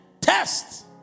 test